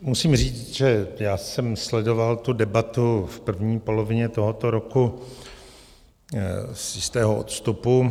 Musím říct, že já jsem sledoval tu debatu v první polovině tohoto roku z jistého odstupu.